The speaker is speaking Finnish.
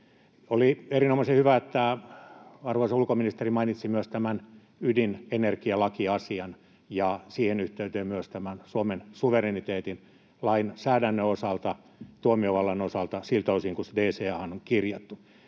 Oli erinomaisen hyvä, että arvoisa ulkoministeri mainitsi myös tämän ydinenergialakiasian ja siihen yhteyteen myös tämän Suomen suvereniteetin lainsäädännön osalta, tuomiovallan osalta siltä osin kuin se DCA:han on kirjattu.